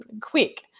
quick